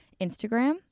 Instagram